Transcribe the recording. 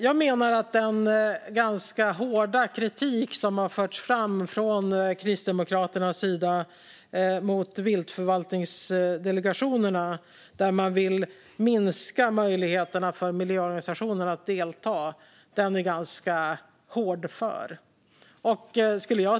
Jag menar att den kritik som har förts fram från Kristdemokraternas sida mot viltförvaltningsdelegationerna, där man vill minska möjligheterna för miljöorganisationerna att delta, är hårdför och extrem.